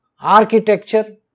architecture